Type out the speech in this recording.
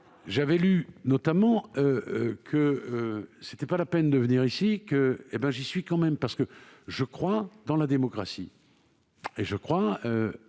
J'avais lu notamment que ce n'était pas la peine de venir ici. Je suis quand même venu, parce que je crois dans la démocratie, et je crois,